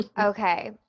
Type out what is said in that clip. okay